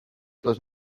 plus